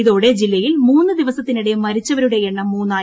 ഇതോടെ ജില്ലയിൽ മൂന്നു ദിവസത്തിനിടെ മരിച്ചവരുടെ എണ്ണം മൂന്നായി